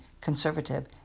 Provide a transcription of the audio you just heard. conservative